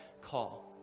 call